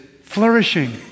flourishing